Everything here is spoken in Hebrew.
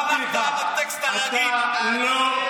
אתה לא הלכת על הטקסט הרגיל: אתם לא עשיתם כלום.